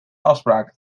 afspraken